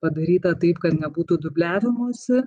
padaryta taip kad nebūtų dubliavimosi